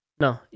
No